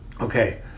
okay